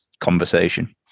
conversation